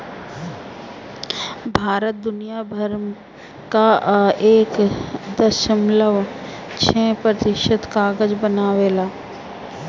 भारत दुनिया भर कअ एक दशमलव छह प्रतिशत कागज बनावेला